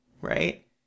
right